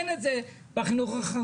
אין את זה בחינוך החרדי.